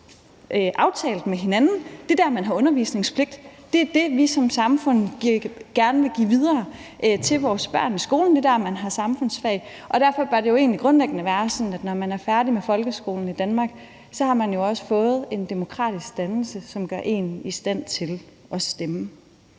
aftalt med hinanden at man har undervisningspligt. Det er det, vi som samfund gerne vil give videre til vores børn i skolen, for det er der, man har samfundsfag. Derfor bør det jo egentlig grundlæggende være sådan, at når man er færdig med folkeskolen i Danmark, har man fået en demokratisk dannelse, som gør en i stand til at stemme.